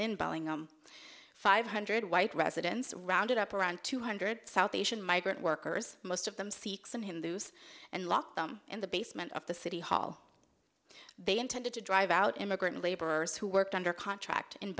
in bowling five hundred white residents rounded up around two hundred south asian migrant workers most of them seek some hindus and lock them in the basement of the city hall they intended to drive out immigrant laborers who worked under contract in